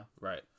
Right